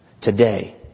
today